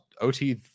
OT